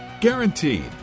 Guaranteed